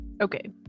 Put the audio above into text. Okay